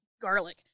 garlic